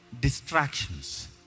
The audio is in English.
Distractions